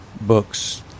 books